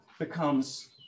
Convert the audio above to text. becomes